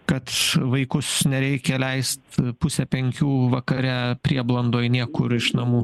kad vaikus nereikia leist pusę penkių vakare prieblandoj niekur iš namų